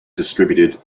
distributed